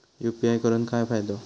UPI करून काय फायदो?